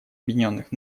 объединенных